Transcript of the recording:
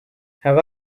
have